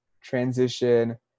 transition